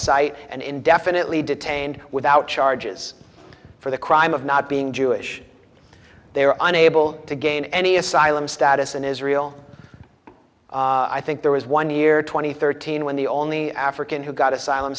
sight and indefinitely detained without charges for the crime of not being jewish they were unable to gain any asylum status in israel i think there was one year two thousand and thirteen when the only african who got asylum